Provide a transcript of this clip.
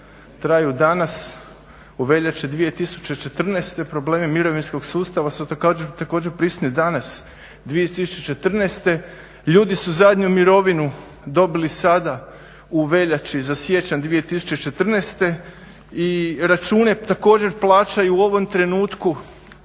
traju danas u veljači 2014. Problemi mirovinskog sustava su također prisutni danas 2014. Ljudi su zadnju mirovinu dobili sada u veljači za siječanj 2014. i račune također plaćaju u ovom trenutku